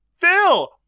Phil